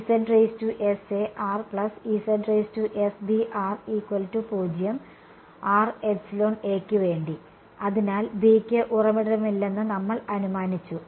യ്ക് വേണ്ടി അതിനാൽ B ക്ക് ഉറവിടമില്ലെന്ന് നമ്മൾ അനുമാനിച്ചു